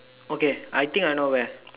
okay I think I know where